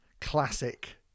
Classic